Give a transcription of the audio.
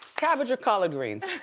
cabbage or collard greens?